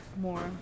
more